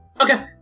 Okay